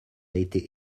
été